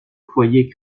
foyer